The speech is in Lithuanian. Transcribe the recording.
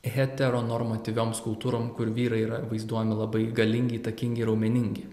heteronormatyviom skultūrom kur vyrai yra vaizduojami labai galingi įtakingi ir raumeningi